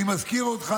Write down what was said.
אני מזכיר אותך,